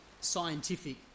scientific